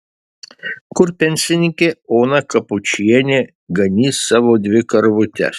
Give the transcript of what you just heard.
kur pensininkė ona kapočienė ganys savo dvi karvutes